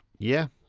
yeah,